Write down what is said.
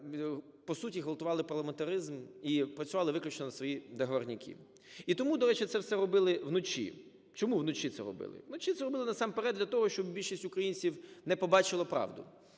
по суті ґвалтували парламентаризм і працювали виключно на свої "договорняки". І тому, до речі, це все робили вночі. Чому вночі це робили? Вночі це робили насамперед для того, щоб більшість українців не побачила правду,